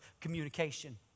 communication